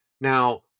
Now